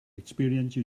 experience